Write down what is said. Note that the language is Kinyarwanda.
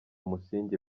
musingi